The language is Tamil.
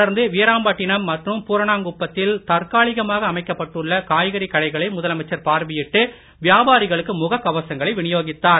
தொடர்ந்து வீராம்பட்டினம் மற்றும் பூர்ணாங்குப்பத் தில் தற்காலிகமாக அமைக்கப்பட்டுள்ள காய்கறி கடைகளை முதலமைச்சர் பார்வையிட்டு வியாபாரிகளுக்கு முகக் கவசங்களை வினியோகித்தார்